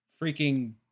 freaking